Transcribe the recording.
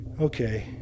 Okay